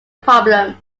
problem